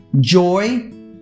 joy